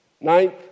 Ninth